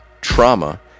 trauma